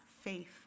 faith